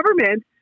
government